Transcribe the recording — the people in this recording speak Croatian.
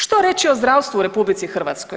Što reći o zdravstvu u RH?